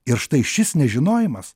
ir štai šis nežinojimas